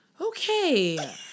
Okay